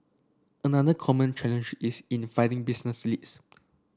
another common challenge is in finding business leads